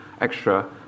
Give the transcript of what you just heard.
extra